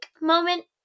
moment